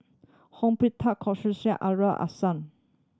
Hong Aliman Hassan